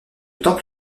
temple